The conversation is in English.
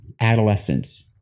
adolescence